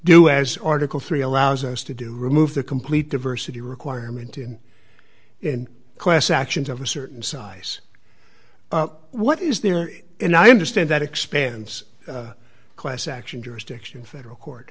do as article three allows us to do remove the complete diversity requirement in in class actions of a certain size what is there and i understand that expands class action jurisdiction in federal court